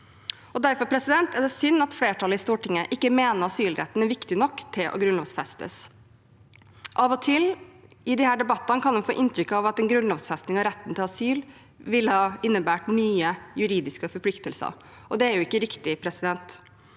Derfor er det synd at flertallet i Stortinget ikke mener at asylretten er viktig nok til å grunnlovfestes. Av og til kan man i disse debattene få inntrykk av at en grunnlovfesting av retten til asyl ville innebåret nye juridiske forpliktelser. Det er ikke riktig. Norge